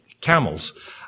camels